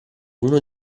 uno